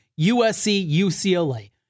USC-UCLA